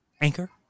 Anchor